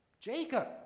Jacob